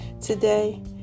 today